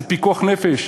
זה פיקוח נפש.